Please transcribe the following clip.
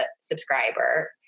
subscriber